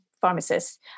pharmacists